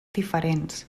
diferents